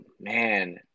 man